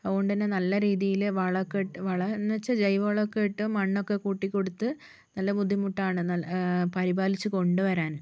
അതുകൊണ്ട് തന്നെ നല്ല രീതിയിൽ വളമൊക്കെയിട്ട് വളം എന്നു വച്ചാൽ ജൈവ വളമൊക്കെയിട്ട് മണ്ണൊക്കെ കൂട്ടിക്കൊടുത്ത് നല്ല ബുദ്ധിമുട്ടാണ് പരിപാലിച്ച് കൊണ്ടുവരാൻ